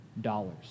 dollars